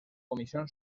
comisión